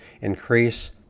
increase